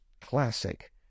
Classic